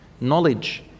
Knowledge